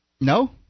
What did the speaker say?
No